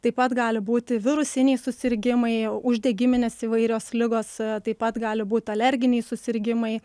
taip pat gali būti virusiniai susirgimai uždegiminės įvairios ligos taip pat gali būt alerginiai susirgimai